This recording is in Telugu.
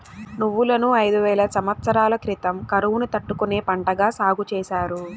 నువ్వులను ఐదు వేల సమత్సరాల క్రితం కరువును తట్టుకునే పంటగా సాగు చేసారు